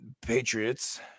Patriots